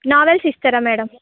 novels ఇస్తారా madam